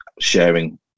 sharing